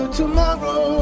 tomorrow